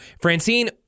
Francine